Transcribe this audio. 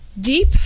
deep